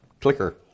clicker